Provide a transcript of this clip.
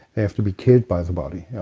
they have to be killed by the body. yeah